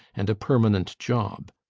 and permanent job.